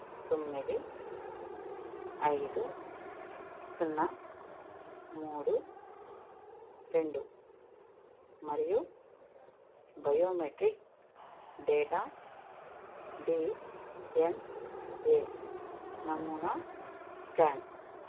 తొమ్మిది ఐదు సున్నా మూడు రెండు మరియు biometric data D N A నమూనా స్కాన్